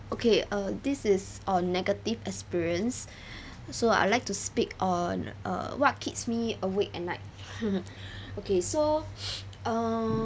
okay uh this is on negative experience so I'll like to speak on uh what keeps me awake at night okay so err